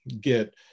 get